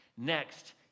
Next